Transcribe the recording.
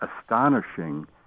astonishing